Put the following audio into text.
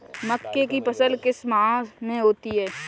मक्के की फसल किस माह में होती है?